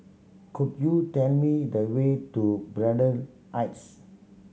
could you tell me the way to Braddell Heights